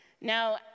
Now